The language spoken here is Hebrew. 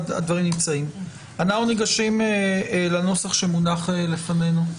אנחנו ניגשים לנוסח שמונח לפנינו.